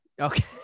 Okay